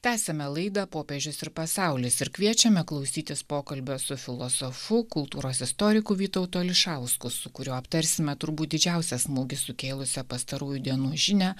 tęsiame laidą popiežius ir pasaulis ir kviečiame klausytis pokalbio su filosofu kultūros istoriku vytautu ališausku su kuriuo aptarsime turbūt didžiausią smūgį sukėlusią pastarųjų dienų žinią